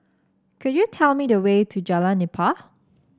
could you tell me the way to Jalan Nipah